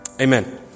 amen